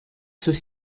ceux